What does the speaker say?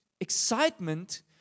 excitement